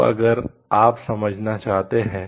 अब अगर आप समझना चाहते हैं